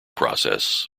process